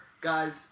guys